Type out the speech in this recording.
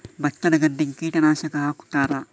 ಭತ್ತದ ಗದ್ದೆಗೆ ಕೀಟನಾಶಕ ಹಾಕುತ್ತಾರಾ?